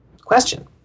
question